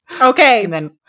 Okay